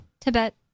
Tibet